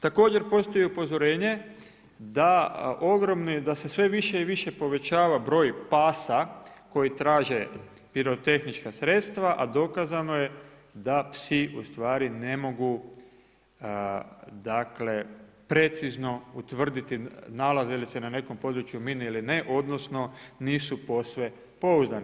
Također postoji upozorenje da ogromni, da se sve više i više povećava broj pasa koji traže pirotehnička sredstva a dokazano je da psi u stvari ne mogu, dakle precizno utvrditi nalazi li se na nekom području mine ili ne, odnosno nisu posve pouzdani.